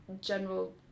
general